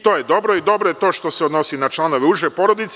To je dobro i dobro je to što se odnosi na članove uže porodice.